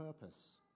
purpose